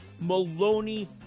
Maloney